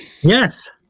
yes